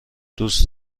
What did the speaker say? دوست